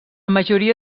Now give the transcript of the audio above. majoria